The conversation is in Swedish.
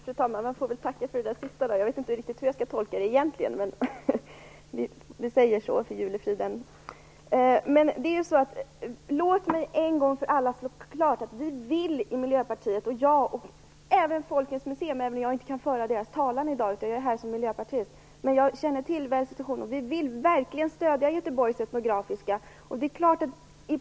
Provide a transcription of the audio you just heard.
Fru talman! Jag får väl tacka för det sista, även om jag inte riktigt vet hur jag egentligen skall tolka det. Jag får göra det för julefridens skull. Låt mig en gång för alla göra klart att Miljöpartiet, jag och även Folkens museum - jag känner till den institutionen, även om jag i dag inte kan föra dess talan, eftersom jag är här som representant för Miljöpartiet - verkligen vill stödja Etnografiska museet i Göteborg.